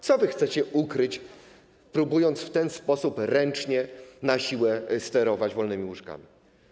Co wy chcecie ukryć, próbując w ten sposób, ręcznie, na siłę sterować wolnymi łóżkami?